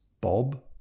Bob